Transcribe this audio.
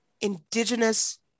Indigenous